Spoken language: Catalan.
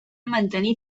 mantenir